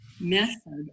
method